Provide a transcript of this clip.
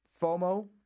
FOMO